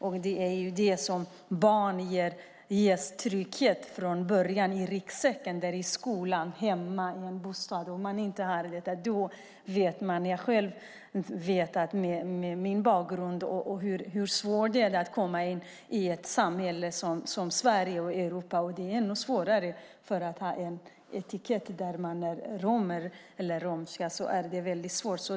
Barnen får ju sin trygghet hemma och i skolan. Med min bakgrund vet jag hur svårt det är att komma in i ett samhälle som Sverige och Europa, och det är ännu svårare om man har en etikett på sig att man är romer.